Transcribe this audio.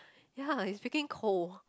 ya it's freaking cold